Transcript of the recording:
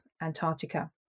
Antarctica